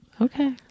Okay